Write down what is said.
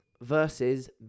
versus